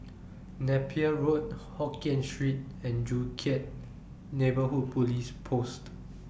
Napier Road Hokien Street and Joo Chiat Neighbourhood Police Post